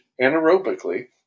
anaerobically